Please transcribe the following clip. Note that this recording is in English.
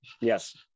Yes